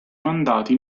mandati